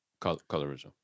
colorism